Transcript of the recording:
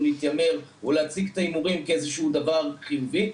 להתיימר או להציג את ההימורים כאיזשהו דבר חיובי,